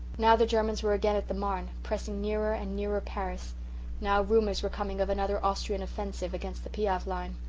now the germans were again at the marne, pressing nearer and nearer paris now rumours were coming of another austrian offensive against the piave line.